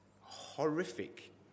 horrific